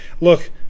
look